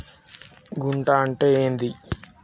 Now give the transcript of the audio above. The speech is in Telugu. గుంట అంటే ఏంది?